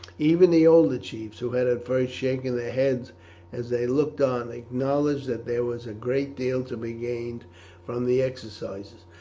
even the older chiefs, who had at first shaken their heads as they looked on, acknowledged that there was a great deal to be gained from the exercises.